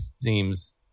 seems